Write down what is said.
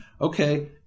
okay